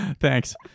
Thanks